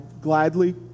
gladly